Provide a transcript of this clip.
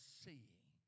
seeing